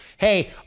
Hey